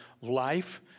life